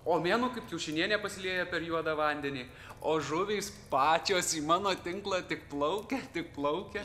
o mėnuo kaip kiaušinienė pasilieja per juodą vandenį o žuvys pačios į mano tinklą tik plaukia tik plaukia